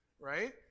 right